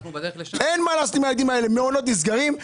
מעונות נסגרים.